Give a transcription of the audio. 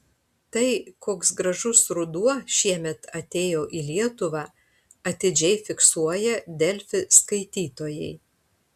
tai koks gražus ruduo šiemet atėjo į lietuvą atidžiai fiksuoja delfi skaitytojai